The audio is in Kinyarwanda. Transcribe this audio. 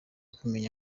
kumenya